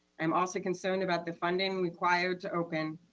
i'm also concerned about the funding required to open